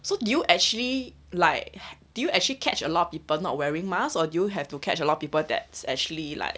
so do you actually like do you actually catch a lot of people not wearing mask or you have to catch a lot of people that's actually like